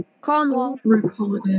Cornwall